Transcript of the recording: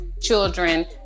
children